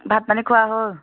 ভাত পানী খোৱা হ'ল